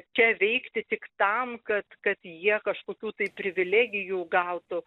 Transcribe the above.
čia veikti tik tam kad kad jie kažkokių tai privilegijų gautų